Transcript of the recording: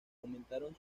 aumentaron